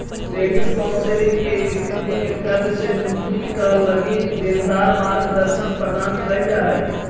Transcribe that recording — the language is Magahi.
क्रेडिट काउंसलिंग के स्थिति में कर्ज से मुक्ति क लगी देनदार के मार्गदर्शन प्रदान कईल जा हई